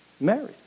married